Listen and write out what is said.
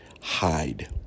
hide